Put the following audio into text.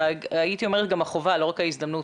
והייתי אומרת גם החובה ולא רק ההזדמנות,